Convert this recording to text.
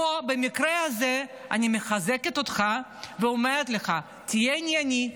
פה במקרה הזה אני מחזקת אותך ואומרת לך: תהיה ענייני,